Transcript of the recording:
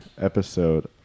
episode